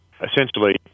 essentially